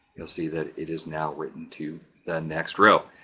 you'll see that it is now written to the next row.